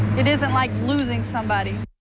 it isn't like losing somebody.